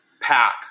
pack